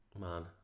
Man